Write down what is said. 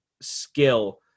skill